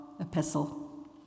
epistle